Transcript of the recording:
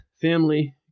family